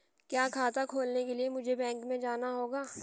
क्या खाता खोलने के लिए मुझे बैंक में जाना होगा?